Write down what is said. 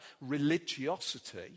religiosity